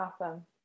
Awesome